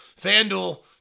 FanDuel